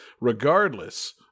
regardless